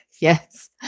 yes